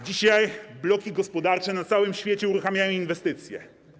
Dzisiaj bloki gospodarcze na całym świecie uruchamiają inwestycje.